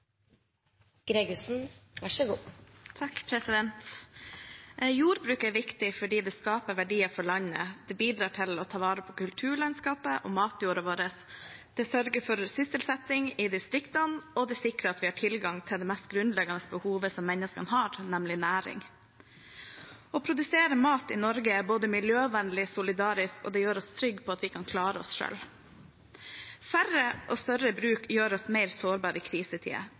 matjorda vår, det sørger for sysselsetting i distriktene, og det sikrer at vi har tilgang til det mest grunnleggende behovet som menneskene har, nemlig næring. Å produsere mat i Norge er både miljøvennlig og solidarisk, og det gjør oss trygg på at vi kan klare oss selv. Færre og større bruk gjør oss mer sårbare i krisetider.